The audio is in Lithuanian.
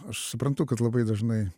aš suprantu kad labai dažnai